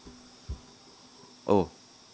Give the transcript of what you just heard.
oh